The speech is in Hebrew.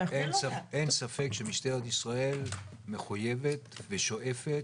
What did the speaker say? אין ספק שמשטרת ישראל מחויבת ושואפת